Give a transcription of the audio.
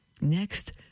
Next